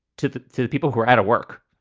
to the to the people who are out of work.